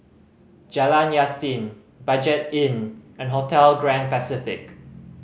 Jalan Yasin Budget Inn and Hotel Grand Pacific